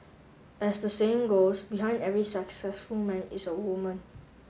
as the saying goes Behind every successful man is a woman